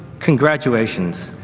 congratulations!